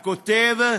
הכותב,